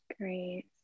Great